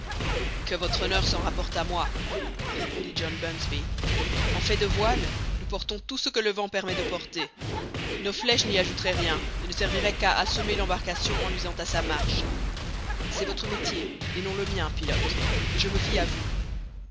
que votre honneur s'en rapporte à moi répondit john bunsby en fait de voiles nous portons tout ce que le vent permet de porter nos flèches n'y ajouteraient rien et ne serviraient qu'à assommer l'embarcation en nuisant à sa marche c'est votre métier et non le mien pilote et je me fie à vous